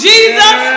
Jesus